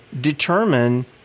determine